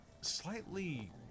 slightly